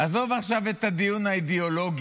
עזוב עכשיו את הדיון האידיאולוגי,